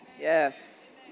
Yes